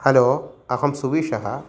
hello अहं सुविशः